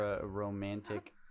Romantic